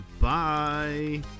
Bye